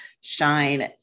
shine